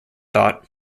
thought